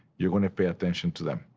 you're going to pay attention to them.